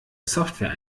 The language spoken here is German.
software